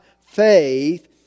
faith